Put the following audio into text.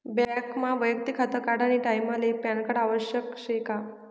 बँकमा वैयक्तिक खातं काढानी टाईमले पॅनकार्ड आवश्यक शे का?